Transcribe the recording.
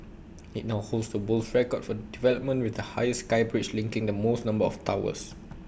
IT now holds the world's record for development with the highest sky bridge linking the most number of towers